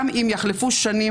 גם אם יחלפו שנים,